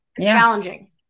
challenging